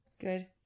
Good